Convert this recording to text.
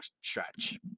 stretch